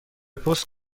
پست